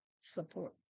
support